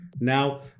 Now